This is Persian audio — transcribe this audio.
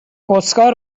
اسکار